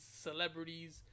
celebrities